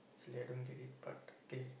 sadly I don't get it but okay